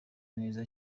neza